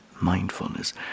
mindfulness